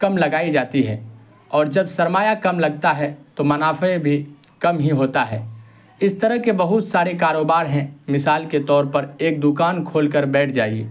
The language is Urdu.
کم لگائی جاتی ہے اور جب سرمایہ کم لگتا ہے تو منافع بھی کم ہی ہوتا ہے اس طرح کے بہت سارے کاروبار ہیں مثال کے طور پر ایک دکان کھول کر بیٹھ جائیے